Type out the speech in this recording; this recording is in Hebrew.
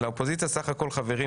לאופוזיציה סך הכול שמונה חברים